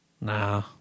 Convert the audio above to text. Nah